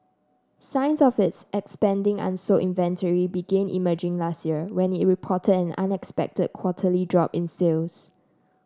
signs of its expanding unsold inventory began emerging last year when it reported an unexpected quarterly drop in sales